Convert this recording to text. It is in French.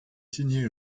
signer